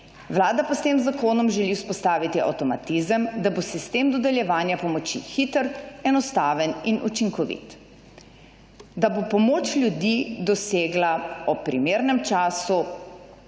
Vlada pa s tem zakonom želi vzpostaviti avtomatizem, da bo sistem dodeljevanja pomoči hiter, enostaven in učinkovit. Da bo pomoč ljudi dosegla ob primernem času